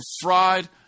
fried